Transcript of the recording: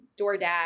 DoorDash